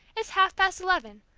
it's half-past eleven.